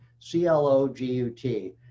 c-l-o-g-u-t